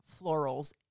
florals